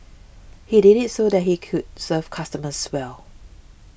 he did it so that he could serve customers well